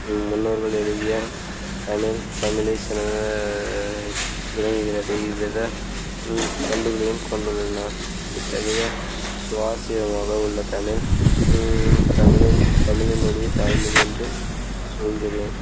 நம் முன்னோர்கள் எழுதிய தமிழ் தமிழை சிறந்த விளங்குகிறது இவ்வித பண்புகளையும் கொண்டுள்ளன இத்தகைய சுவாஸியமாக உள்ள தமிழ் தமிழின் தமிழின் மொழி தாய்மொழி என்று சொல்கிறேன்